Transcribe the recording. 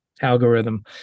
algorithm